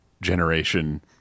generation